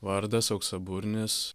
vardas auksaburnis